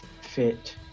fit